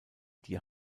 die